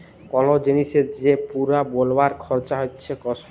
call জিলিসের যে পুরা বলবার খরচা হচ্যে কস্ট